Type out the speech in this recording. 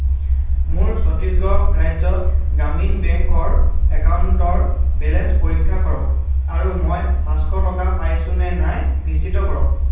মোৰ ছত্তীশগড় ৰাজ্য গ্ৰামীণ বেংকৰ একাউণ্টৰ বেলেঞ্চ পৰীক্ষা কৰক আৰু মই পাঁচশ টকা পাইছোঁ নে নাই নিশ্চিত কৰক